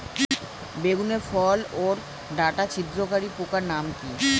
বেগুনের ফল ওর ডাটা ছিদ্রকারী পোকার নাম কি?